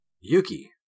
Yuki